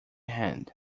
hand